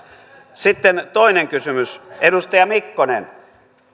sitten toinen kysymys edustaja mikkonen